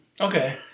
Okay